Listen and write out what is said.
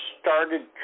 started